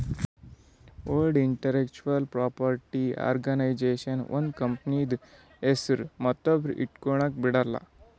world intellectual property organisation ಒಂದ್ ಕಂಪನಿದು ಹೆಸ್ರು ಮತ್ತೊಬ್ರು ಇಟ್ಗೊಲಕ್ ಬಿಡಲ್ಲ